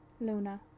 Luna